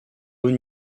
haut